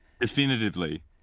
Definitively